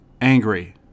angry